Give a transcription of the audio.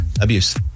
Abuse